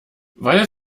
weil